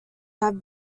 have